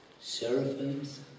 seraphims